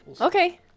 Okay